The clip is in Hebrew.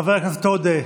חבר הכנסת עודה,